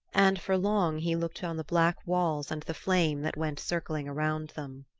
and for long he looked on the black walls and the flame that went circling around them.